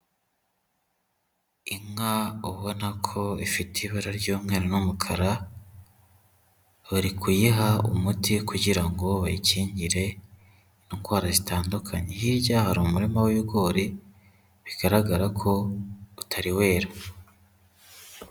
Inka ubona ko ifite ibara ry'umweru n'umukara, bari kuyiha umuti kugira ngo bayikingire indwara zitandukanye. Hirya hari umurima w'ibigori, bigaragara ko utari wera.